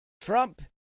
Trump